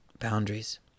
boundaries